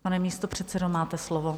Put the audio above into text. Pane místopředsedo, máte slovo.